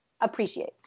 appreciate